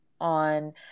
on